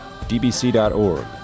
dbc.org